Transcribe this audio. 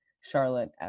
Charlotte